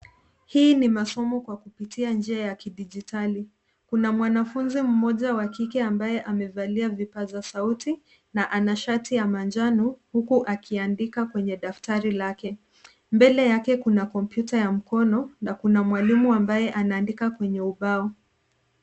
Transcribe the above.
Hii ni masomo kwa kupitia njia ya kidijitali. Kuna mwanafunzi mmoja wa kike ambaye amevalia vipaza sauti, na ana shati ya manjano huku akiandika kwenye daftari lake. Mbele yake kuna kompyuta ya mkono, na kuna mwalimu ambaye anaandika kwenye ubao.